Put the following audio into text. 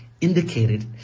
indicated